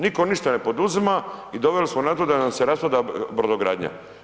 Nitko ništa ne poduzima i doveli smo na to da nam se raspada brodogradnja.